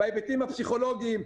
בהיבטים הפסיכולוגיים,